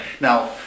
Now